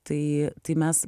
tai tai mes